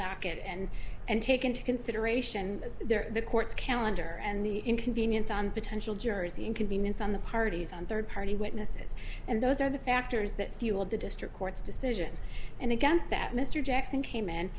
docket and and take into consideration their the court's calendar and the inconvenience on potential jurors the inconvenience on the parties and third party witnesses and those are the factors that fueled the district court's decision and against that mr jackson came